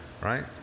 right